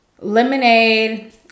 lemonade